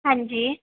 ਹਾਂਜੀ